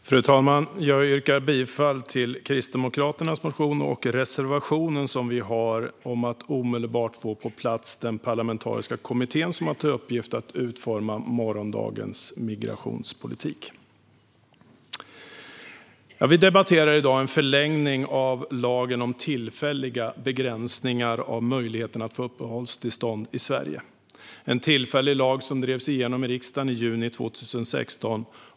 Fru talman! Jag yrkar bifall till Kristdemokraternas motion och den reservation vi har om att omedelbart få på plats den parlamentariska kommitté som har till uppgift att utforma morgondagens migrationspolitik. Vi debatterar i dag en förlängning av lagen om tillfälliga begränsningar av möjligheten att få uppehållstillstånd i Sverige. Det är en tillfällig lag, som drevs igenom i riksdagen i juni 2016.